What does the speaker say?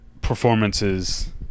performances